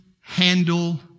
handle